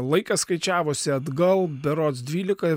laikas skaičiavosi atgal berods dvylika